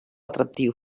atractiu